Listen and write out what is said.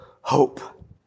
hope